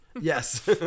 Yes